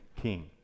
king